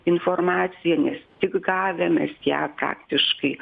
informacija nes tik gavę mes ją praktiškai